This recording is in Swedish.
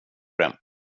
det